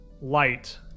light